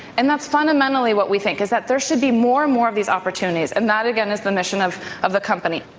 and that's fundamentally what we think, is that there should be more and more of these opportunities. and that, again, is the mission of of the company.